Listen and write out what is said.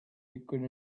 liquid